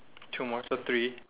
two more so three